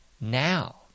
now